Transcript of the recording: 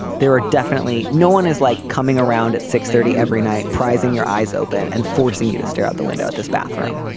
there are definitely no one is like coming around at six thirty every night prizing your eyes open and forcing you to stare out the window at this bathroom.